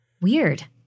Weird